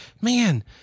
man